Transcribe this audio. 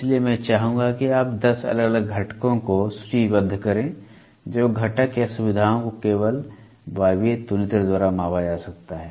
इसलिए मैं चाहूंगा कि आप 10 अलग अलग घटकों को सूचीबद्ध करें जो घटक सुविधाओं को केवल वायवीय तुलनित्र द्वारा मापा जा सकता है